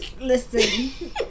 listen